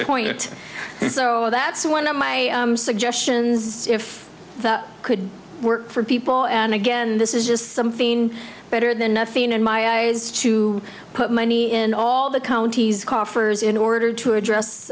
point so that's one of my suggestions if that could work for people and again this is just something better than nothing in my eyes to put money in all the counties coffers in order to address